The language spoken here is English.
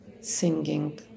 singing